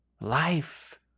Life